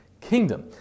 kingdom